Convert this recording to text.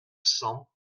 cent